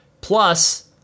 Plus